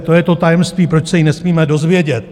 To je to tajemství, proč se ji nesmíme dozvědět.